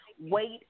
wait